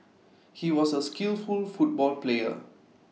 he was A skillful football player